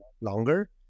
longer